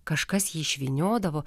kažkas jį išvyniodavo